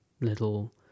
Little